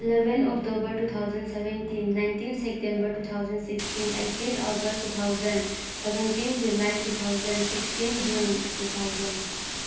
eleven October two thousand seventeen nineteen September two thousand sixteen eighteen August two thousand seventeen July two thousand sixteen June two thousand